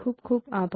ખુબ ખુબ આભાર